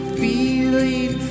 feeling